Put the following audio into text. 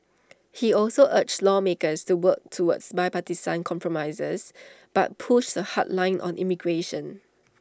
he also urged lawmakers to work toward bipartisan compromises but pushed A hard line on immigration